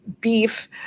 beef